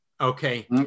Okay